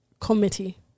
committee